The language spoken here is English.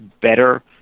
better